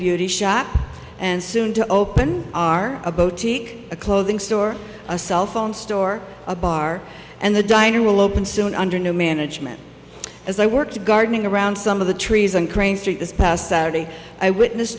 beauty shop and soon to open our abode seek a clothing store a cellphone store a bar and the diner will open soon under new management as i work to gardening around some of the trees and crane street this past saturday i witnessed